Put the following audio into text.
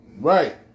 Right